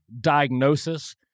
diagnosis